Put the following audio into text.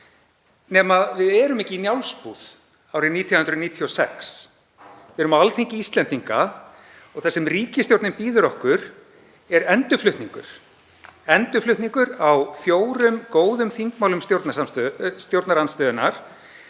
nema við erum ekki í Njálsbúð árið 1996, við erum á Alþingi Íslendinga. Og það sem ríkisstjórnin býður okkur er endurflutningur á fjórum góðum þingmálum stjórnarandstöðunnar,